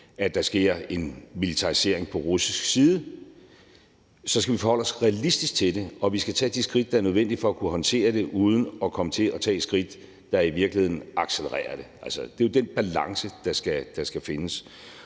at der sker en militarisering på russisk side. Vi skal forholde os realistisk til det, og vi skal tage de skridt, der er nødvendige for at kunne håndtere det uden at komme til at tage et skridt, der i virkeligheden accelererer det. Det er jo den balance, der skal findes,